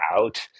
out